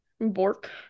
Bork